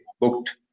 booked